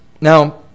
Now